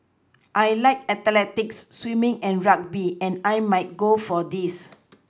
I like athletics swimming and rugby and I might go for these